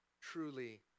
truly